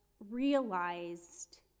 realized